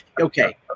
Okay